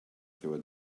through